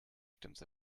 victims